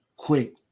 Quick